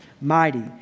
mighty